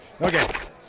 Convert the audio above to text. Okay